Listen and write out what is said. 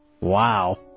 Wow